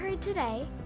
today